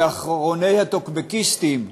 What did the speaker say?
כאחרוני הטוקבקיסטים,